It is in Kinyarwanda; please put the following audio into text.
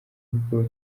bwo